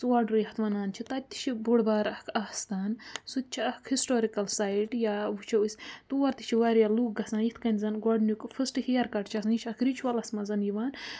ژوڈرُ یَتھ وَنان چھِ تَتہِ تہِ چھِ بوٚڑ بار اَکھ آستان سُہ تہِ چھُ اَکھ ہِسٹورِکَل سایِٹ یا وٕچھو أسۍ تور تہِ چھِ واریاہ لُکھ گژھان یِتھ کٔنۍ زَن گۄڈٕنیُک فٔسٹ ہِیَر کَٹ چھِ آسان یہِ چھِ اَکھ رِیٖچوَلَس منٛز یِوان